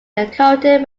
encountered